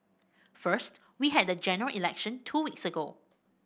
first we had the General Election two weeks ago